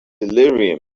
delirium